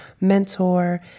mentor